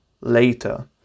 later